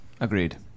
Agreed